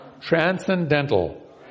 transcendental